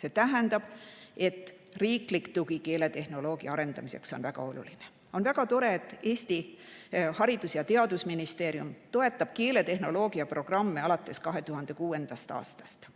See tähendab, et riigi tugi keeletehnoloogia arendamiseks on väga oluline. On väga tore, et Eesti Haridus- ja Teadusministeerium toetab keeletehnoloogia programme alates 2006. aastast.